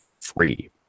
free